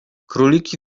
króliki